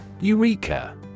Eureka